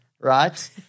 right